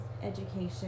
education